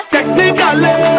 Technically